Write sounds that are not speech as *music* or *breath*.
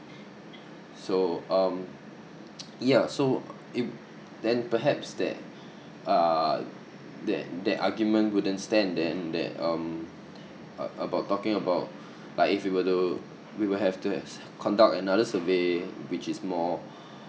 so um yeah so it then perhaps that *breath* uh that that argument wouldn't stand then that um ab~ about talking about *breath* like if you were to we will have to have conduct another survey which is more